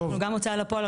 גם הוצאה לפועל,